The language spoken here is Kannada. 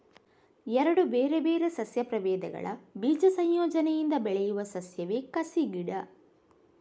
ಎರಡು ಬೇರೆ ಬೇರೆ ಸಸ್ಯ ಪ್ರಭೇದಗಳ ಬೀಜ ಸಂಯೋಜನೆಯಿಂದ ಬೆಳೆಯುವ ಸಸ್ಯವೇ ಕಸಿ ಗಿಡ